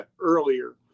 earlier